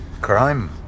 Crime